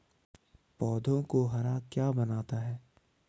पौधों को हरा क्या बनाता है?